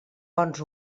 bons